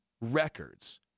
records